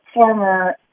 former